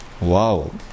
Wow